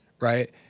right